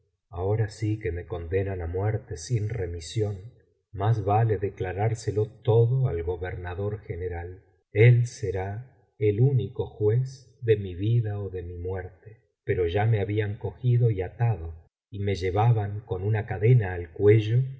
ahora sí que me condenan á muerte sin remisión más vale declarárselo todo al gobernador general el será el único juez de mi vida ó de mi muerte pero ya me habían cogido y atado y me llevaban con una cadena al cuello